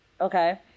Okay